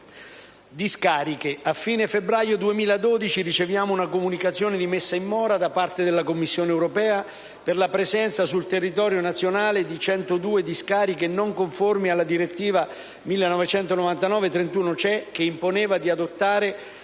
discariche, a fine febbraio 2012 abbiamo ricevuto una comunicazione di messa in mora da parte della Commissione europea per la presenza sul territorio nazionale di 102 discariche non conformi alla direttiva 1999/31/CE che imponeva di adottare